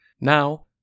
Now